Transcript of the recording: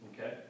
Okay